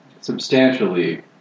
substantially